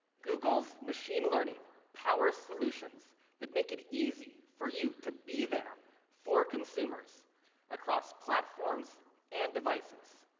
google's machine learning powers solutions that make it easy for you to be there for consumers across platforms and devices,